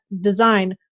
design